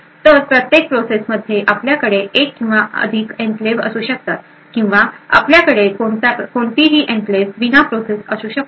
तर प्रत्येक प्रोसेसमध्ये आपल्याकडे एक किंवा अधिक एन्क्लेव्ह असू शकतात किंवा आपल्याकडे कोणतीही एनक्लेव्ह विना प्रोसेस असू शकतात